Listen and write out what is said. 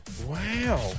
Wow